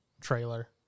trailer